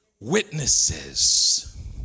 witnesses